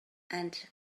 and